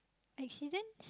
accidents